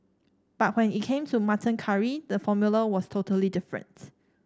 but when it came to mutton curry the formula was totally different